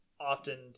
often